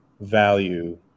value